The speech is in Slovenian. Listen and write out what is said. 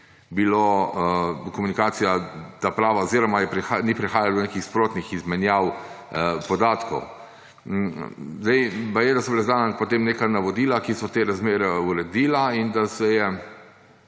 bila komunikacija ta prava oziroma ni prihajalo do nekih sprotnih izmenjav podatkov. Baje da so bila izdana potem neka navodila, ki so te razmere uredila, in ko sta